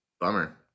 bummer